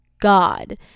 god